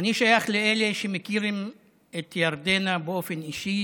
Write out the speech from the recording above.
אני שייך לאלה שמכירים את ירדנה באופן אישי